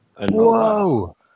Whoa